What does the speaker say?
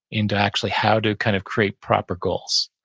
into actually how to kind of create proper goals.